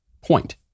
point